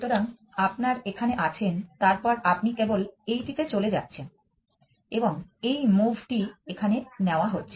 সুতরাং আপনার এখানে আছেন তারপর আপনি কেবল এইটিতে চলে যাচ্ছেণ এবং এই মুভ টি এখানে নেওয়া হচ্ছে